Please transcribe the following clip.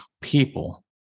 people